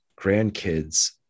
grandkids